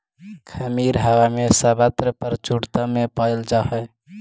खमीर हवा में सर्वत्र प्रचुरता में पायल जा हई